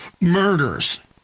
murders